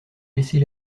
baisser